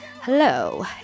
hello